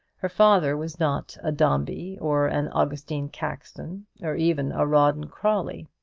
her father was not a dombey, or an augustine caxton, or even a rawdon crawley.